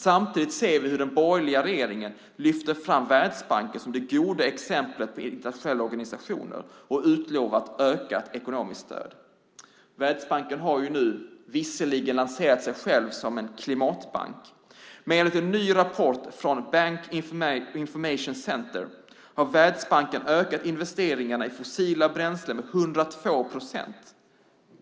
Samtidigt lyfter den borgerliga regeringen fram Världsbanken som det goda exemplet på internationella organisationer och utlovar ökat ekonomiskt stöd. Världsbanken har visserligen lanserat sig själv som en klimatbank, men enligt en ny rapport från Bank Information Centre har Världsbanken ökat investeringarna i fossila bränslen med 102 procent.